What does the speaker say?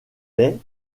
les